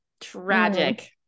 tragic